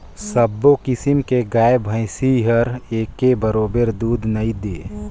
सबो किसम के गाय भइसी हर एके बरोबर दूद नइ दे